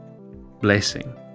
blessing